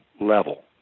level